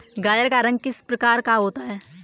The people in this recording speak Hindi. गाजर का रंग किस प्रकार का होता है?